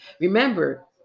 Remember